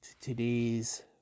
today's